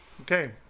okay